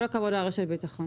כל הכבוד על הרשת ביטחון.